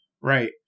Right